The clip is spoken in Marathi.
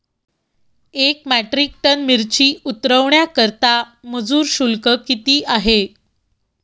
एक मेट्रिक टन मिरची उतरवण्याकरता मजुर शुल्क किती आहे?